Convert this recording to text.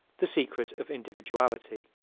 the secret of individuality